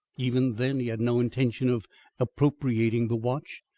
even then he had no intention of appropriating the watch,